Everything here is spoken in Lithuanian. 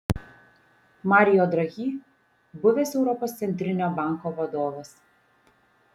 mario draghi buvęs europos centrinio banko vadovas